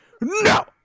No